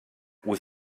was